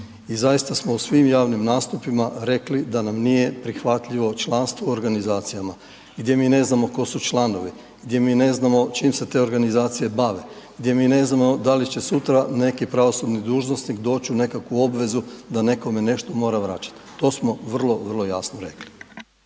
i zaista smo u svim javnim nastupima rekli da nam nije prihvatljivo članstvo u organizacijama, gdje mi ne znamo ko su članovi, gdje mi ne znamo čim se te organizacije bave, gdje mi ne znamo da li će sutra neki pravosudni dužnosnik doć u nekakvu obvezu da nekome nešto mora vraćat. To smo vrlo, vrlo jasno rekli.